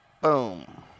Boom